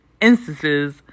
instances